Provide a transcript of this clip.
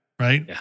right